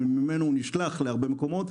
וממנו נשלח להרבה מקומות.